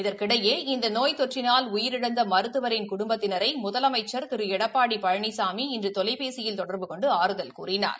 இதற்கிடையே இந்த நோய் தொற்றினால் உயிரிழந்த மருத்துவரின் குடும்பத்தினரை முதலமைச்சி திரு எடப்பாடி பழனிசாமி இன்று தொலைபேசியில் தொடர்பு கொண்டு ஆறுதல் கூறினார்